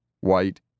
white